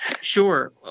Sure